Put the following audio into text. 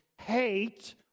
hate